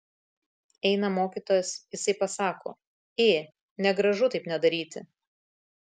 eina mokytojas jisai pasako ė negražu taip nedaryti